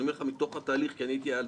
אני אומר לך מתוך התהליך כי עסקתי בזה.